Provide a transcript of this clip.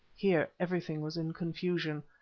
here everything was in confusion.